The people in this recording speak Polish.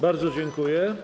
Bardzo dziękuję.